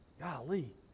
Golly